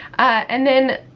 and then,